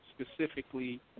specifically